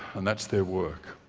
and that's their work.